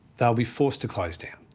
they'll be forced to close down.